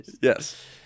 Yes